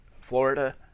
Florida